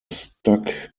stock